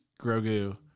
Grogu